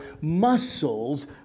muscles